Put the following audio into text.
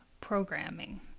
programming